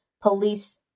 police